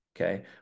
Okay